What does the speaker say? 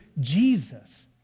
Jesus